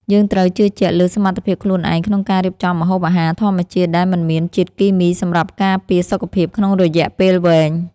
យើងត្រូវជឿជាក់លើសមត្ថភាពខ្លួនឯងក្នុងការរៀបចំម្ហូបអាហារធម្មជាតិដែលមិនមានជាតិគីមីសម្រាប់ការពារសុខភាពក្នុងរយៈពេលវែង។